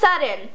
sudden